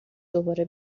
دوباره